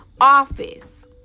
office